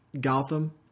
Gotham